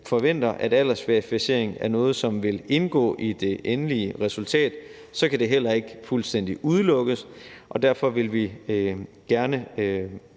forventer, at en aldersverificering er noget, som vil indgå i det endelige resultat, så kan det heller ikke fuldstændig udelukkes, og derfor vil vi gerne